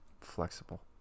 Flexible